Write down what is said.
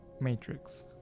Matrix